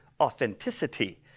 authenticity